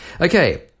Okay